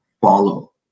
follow